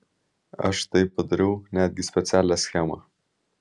aš štai padariau netgi specialią schemą